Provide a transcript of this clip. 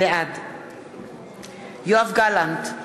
בעד יואב גלנט,